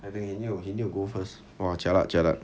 I think he need to he need to go first !wah! jialat jialat